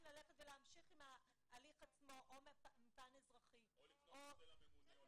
להמשיך עם הליך עצמו או להמשיך בפן האזרחי --- או לפנות לממונה.